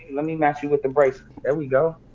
let me match you with the braces. there we go.